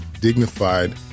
dignified